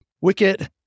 Wicket